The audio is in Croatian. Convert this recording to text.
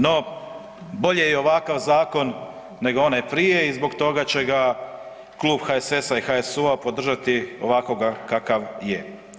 No, bolje i ovakav zakon nego onaj prije i zbog toga će ga Klub HSS-a i HSU-a podržati ovakvoga kakav je.